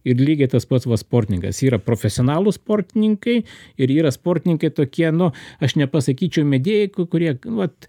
ir lygiai tas pats sportininkas yra profesionalūs sportininkai ir yra sportininkai tokie nu aš nepasakyčiau mėgėjai ku kurie vat